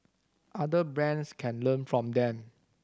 other brands can learn from them